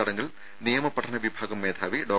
ചടങ്ങിൽ നിയമപഠന വിഭാഗം മേധാവി ഡോ